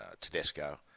Tedesco